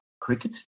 cricket